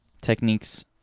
techniques